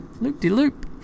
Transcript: loop-de-loop